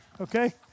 Okay